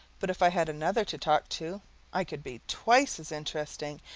but if i had another to talk to i could be twice as interesting,